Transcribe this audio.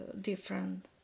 different